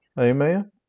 amen